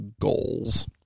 goals